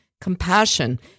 compassion